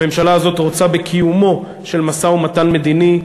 הממשלה הזאת רוצה בקיומו של משא-ומתן מדיני.